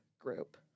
group